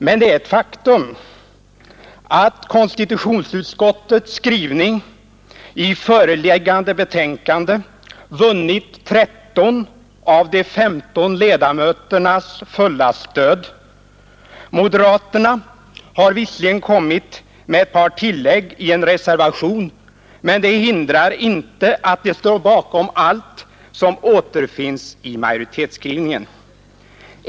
Men det är ett faktum att konstitutionsutskottets skrivning i föreliggande betänkande vunnit 13 av de 15 ledamöternas fulla stöd. Moderaterna har visserligen gjort ett par tillägg i en reservation, men det hindrar inte att de står bakom allt som återfinns i majoritetsskrivningen.